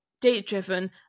data-driven